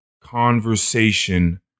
conversation